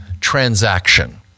transaction